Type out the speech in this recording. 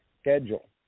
schedule